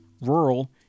rural